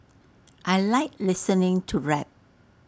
I Like listening to rap